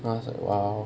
I was like !wow!